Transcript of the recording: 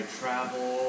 travel